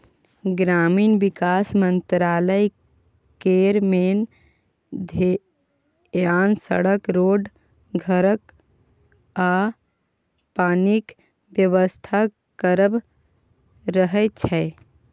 ग्रामीण बिकास मंत्रालय केर मेन धेआन सड़क, रोड, घरक आ पानिक बेबस्था करब रहय छै